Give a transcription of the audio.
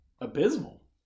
abysmal